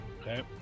Okay